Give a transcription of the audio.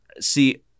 see